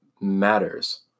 matters